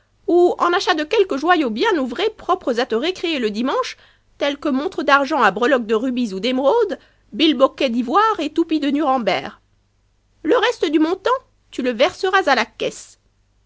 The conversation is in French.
ou en achat de quelques joyaux bien ouvrés propres a te récréer le dimanche tels que montres d'argent à breloques de rubis ou d'emeraudes bilboquets d'iv jre et toupie de nuremberg le reste du montant tu le versoras la caisse